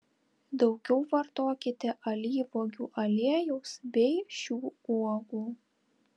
daugiau vartokite alyvuogių aliejaus bei šių uogų